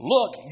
Look